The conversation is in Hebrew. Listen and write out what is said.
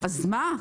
אז מה?